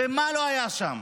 ומה לא היה שם,